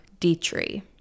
Dietry